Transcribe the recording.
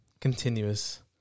continuous